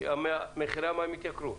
הוא שמחירי המים יתייקרו.